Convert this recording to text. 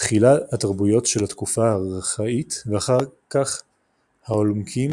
תחילה התרבויות של התקופה הארכאית ואחר-כך האולמקים